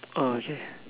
oh okay